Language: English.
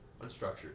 Unstructured